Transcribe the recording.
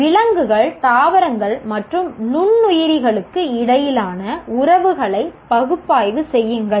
விலங்குகள் தாவரங்கள் மற்றும் நுண்ணுயிரிகளுக்கு இடையிலான உறவுகளை பகுப்பாய்வு செய்யுங்கள்